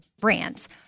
brands